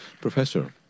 Professor